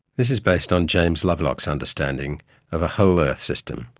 this is based on james lovelock's understanding of a whole earth system,